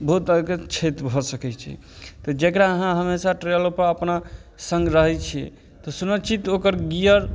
बहुत तरहके क्षति भऽ सकैत छै तऽ जेकरा अहाँ हमेशा ट्रेलो पर अपना सङ्ग रहै छियै तऽ सुनै छी तऽ ओकर गियर